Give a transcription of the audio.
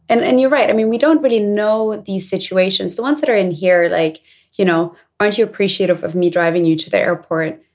and and you're right. i mean we don't really know these situations the ones that are in here like you know aren't you appreciative of me driving you to the airport.